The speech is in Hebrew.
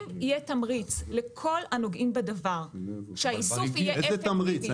אם יהיה תמריץ לכל הנוגעים בדבר שהאיסוף יהיה -- איזה תמריץ?